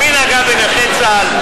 מי נגע בנכי צה"ל?